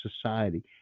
society